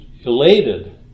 elated